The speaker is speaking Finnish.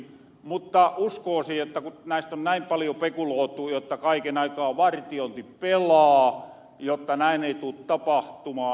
mutta uskoosin kun näistä on näin paljon pekulootu jotta kaiken aikaa vartiointi pelaa jotta näin ei tuu tapahtumaan